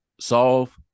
solve